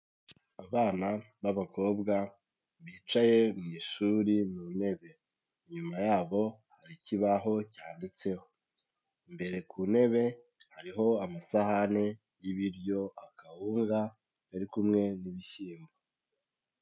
Abana b'abakobwa bicaye mu ishuri mu ntebe, inyuma yabo hari ikibaho cyanditseho. imbere ku ntebe, hariho amasahane y'ibiryo akawunga kari kumwe n'ibishyimbo.